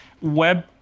web